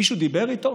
מישהו דיבר איתו,